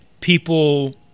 people